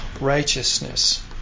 righteousness